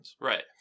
Right